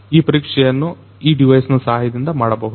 ಈ ಪರಿಕ್ಷೆಯನ್ನ ಈ ಡಿವೈಸ್ನ ಸಹಾಯದಿಂದ ಮಾಡಬಹುದು